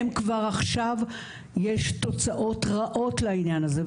הם כבר עכשיו יש תוצאות רעות לעניין הזה.